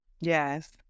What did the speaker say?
yes